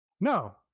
No